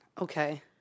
Okay